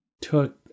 took